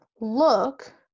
look